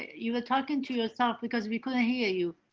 you were talking to yourself, because we couldn't hear you.